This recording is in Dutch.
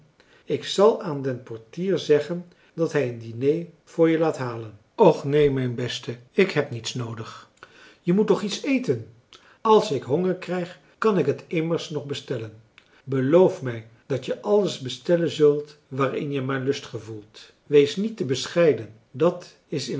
ik zal aan den portier zeggen dat hij een diner voor je laat halen och neen mijn beste ik heb niets noodig je moet toch iets eten als ik honger krijg kan ik t immers nog bestellen beloof mij dat je alles bestellen zult waarin je maar lust gevoelt wees niet te bescheiden dat is